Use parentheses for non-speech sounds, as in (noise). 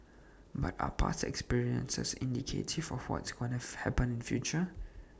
but are past experiences indicative of what's gonna (noise) happen in future